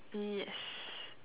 yes